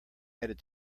added